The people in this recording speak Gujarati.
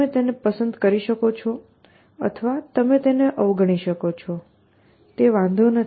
તમે તેને પસંદ કરી શકો છો અથવા તમે તેને અવગણી શકો છો તે વાંધો નથી